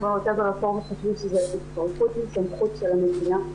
אנחנו במרכז הרפורמי חושבים שזו התפרקות מסמכות של המדינה,